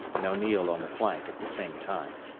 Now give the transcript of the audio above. and o'neill on the flank, at the same time.